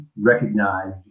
recognized